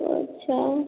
अच्छा